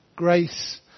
Grace